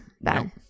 No